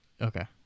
Okay